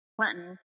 Clinton